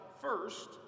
first